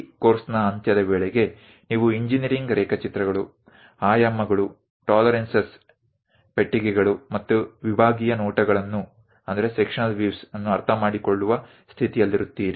ಈ ಕೋರ್ಸ್ನ ಅಂತ್ಯದ ವೇಳೆಗೆ ನೀವು ಇಂಜಿನೀರಿಂಗ್ ರೇಖಾಚಿತ್ರಗಳು ಆಯಾಮಗಳು ಟಾಲರೆನ್ಸಸ್ ಪೆಟ್ಟಿಗೆಗಳು ಮತ್ತು ವಿಭಾಗೀಯ ನೋಟಗಳನ್ನು ಅರ್ಥಮಾಡಿಕೊಳ್ಳುವ ಸ್ಥಿತಿಯಲ್ಲಿರುತ್ತೀರಿ